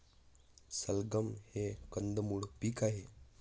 सलगम हे कंदमुळ पीक आहे